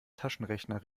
taschenrechner